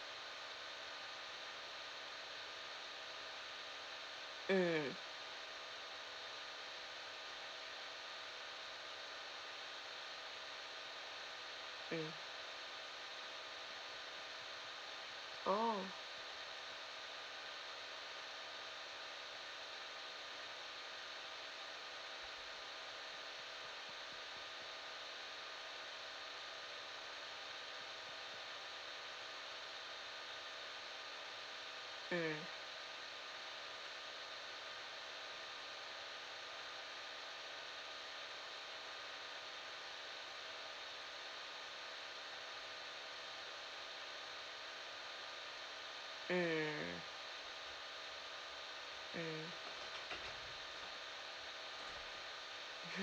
mm mm oh mm mm mm